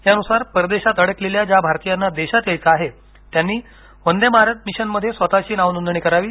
यानुसार परदेशात अडकलेल्या ज्या भारतीयांना देशात यायचं आहे त्यांनी वंदे भारत मिशन मध्ये स्वतःची नावनोंदणी करावी